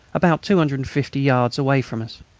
about two hundred and fifty yards away from us.